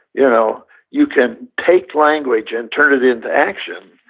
you know you can take language and turn it into action,